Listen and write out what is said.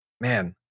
Man